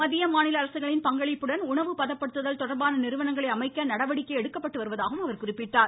மத்திய மாநில அரசுகளின் பங்களிப்புடன் உணவு பதப்படுத்துதல் தொடர்பான நிறுவனங்களை அமைக்க நடவடிக்கை எடுக்கப்பட்டு வருவதாகவும் அவர் குறிப்பிட்டார்